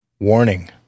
Warning